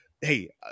Hey